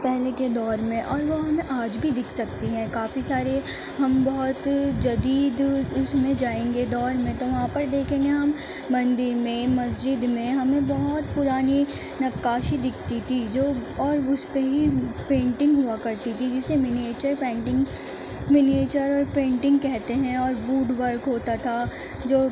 پہلے کے دور میں اور وہ ہمیں آج بھی دکھ سکتی ہیں کافی سارے ہم بہت جدید اس میں جائیں گے دور میں تو وہاں پہ دیکھیں گے ہم مندر میں مسجد میں ہمیں بہت پرانی نقاشی دکھتی تھی جو اور اس پہ ہی پینٹنگ ہوا کرتی تھی جسے منیچر پینٹنگ منیچر پینٹنگ کہتے ہیں اور ووڈ ورک ہوتا تھا جو